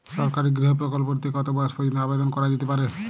সরকারি গৃহ প্রকল্পটি তে কত বয়স পর্যন্ত আবেদন করা যেতে পারে?